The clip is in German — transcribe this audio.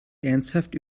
ernsthaft